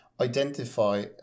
identify